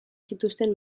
zituzten